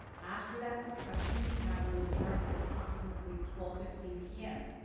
after that discussion, the cab will adjourn at approximately twelve fifteen p m.